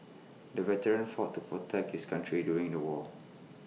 the veteran fought to protect his country during the war